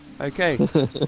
Okay